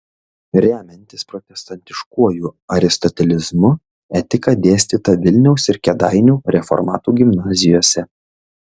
remiantis protestantiškuoju aristotelizmu etika dėstyta vilniaus ir kėdainių reformatų gimnazijose